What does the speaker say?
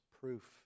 proof